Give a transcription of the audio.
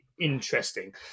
Interesting